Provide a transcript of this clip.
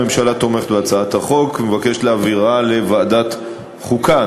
הממשלה תומכת בהצעת החוק ומבקשת להעבירה לוועדת חוקה,